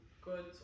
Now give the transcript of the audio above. good